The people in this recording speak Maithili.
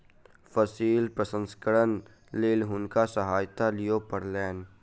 फसिल प्रसंस्करणक लेल हुनका सहायता लिअ पड़लैन